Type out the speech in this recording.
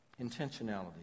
Intentionality